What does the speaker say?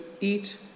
eat